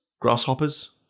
grasshoppers